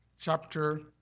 chapter